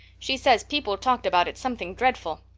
she says people talked about it something dreadful.